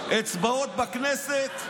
אצבעות בכנסת,